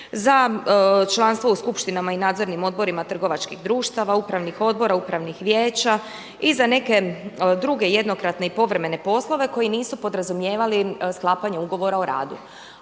za članstvu u skupštinama i nadzornim odborima trgovačkih društava, upravnih odbora, upravnih vijeća i za neke druge jednokratne i povremene poslove koji nisu podrazumijevali sklapanje ugovora o radu.